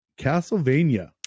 Castlevania